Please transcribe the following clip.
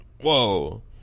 Whoa